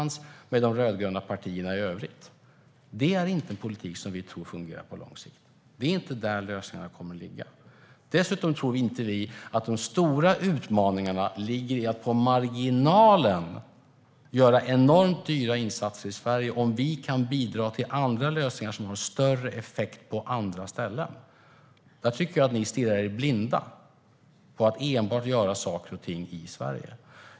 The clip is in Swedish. Det är inte en politik som vi tror fungerar på lång sikt. Det är inte där lösningarna kommer att ligga. Dessutom tror inte vi att de stora utmaningarna ligger i att på marginalen göra enormt dyra insatser i Sverige om vi kan bidra till andra lösningar som har större effekt på andra ställen. Jag tycker att ni stirrar er blinda på att enbart göra saker och ting i Sverige.